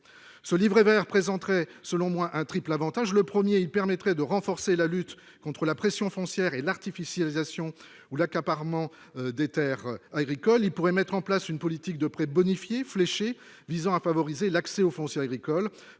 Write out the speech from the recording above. Ce livret vert présenterait selon moi un triple avantage. Le premier serait de renforcer la lutte contre la pression foncière et l'artificialisation ou l'accaparement des terres agricoles. Il pourrait financer une politique de prêts bonifiés fléchés visant à favoriser l'accès au foncier agricole